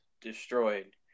destroyed